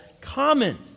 common